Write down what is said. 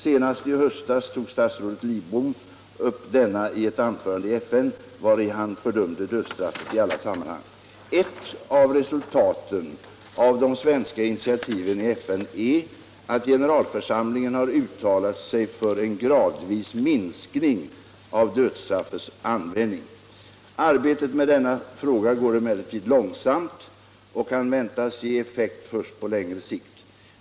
Senast i höstas tog statsrådet Lidbom upp denna i FN i ett anförande, vari han fördömde dödsstraffet i alla sammanhang. Ett av resultaten av de svenska initiativen i FN är att generalförsamlingen har uttalat sig för en successiv minskning av dödsstraffets användning. Arbetet med denna fråga går emellertid långsamt och kan väntas ge effekt först på längre sikt.